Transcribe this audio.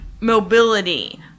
mobility